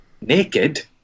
Naked